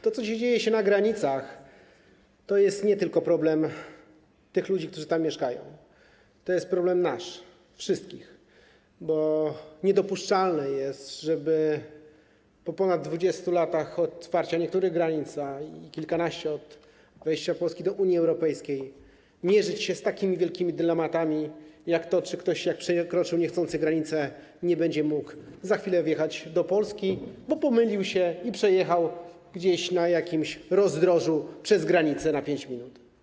To, co dziś dzieje się na granicach, to jest nie tylko problem tych ludzi, którzy tam mieszkają, to jest nasz problem, wszystkich, bo niedopuszczalne jest, żeby po ponad 20 latach od otwarcia niektórych granic i kilkunastu lat od wejścia Polski do Unii Europejskiej mierzyć się z takimi wielkimi dylematami jak ten, czy ktoś, jak przekroczył niechcący granicę, nie będzie mógł za chwilę wjechać do Polski, bo pomylił się i przejechał gdzieś na jakimś rozdrożu przez granicę na 5 minut.